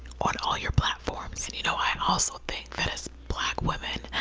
on all your platforms. and you know, i also think that as black women,